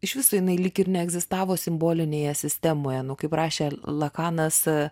iš viso jinai lyg ir neegzistavo simbolinėje sistemoje nu kaip rašė lakanas